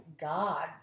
God